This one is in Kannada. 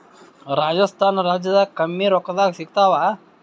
ರಾಜಸ್ಥಾನ ರಾಜ್ಯದಾಗ ಕಮ್ಮಿ ರೊಕ್ಕದಾಗ ಸಿಗತ್ತಾವಾ?